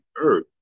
earth